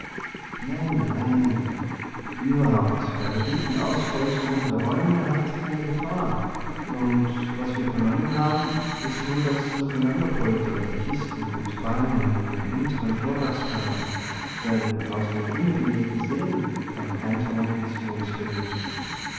nein nein überhaupt bei der guten auspolsterung der räume hat es keine gefahr und was wir vernommen haben ist nur das durcheinanderpoltern der kisten und ballen in den unteren vorratskammern denn aus den gummibelegten sälen kann kein ton bis zu uns dringen